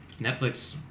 Netflix